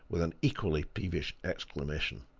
with an equally peevish exclamation.